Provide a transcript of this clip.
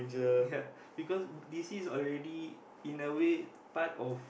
ya because d_c is already in a way part of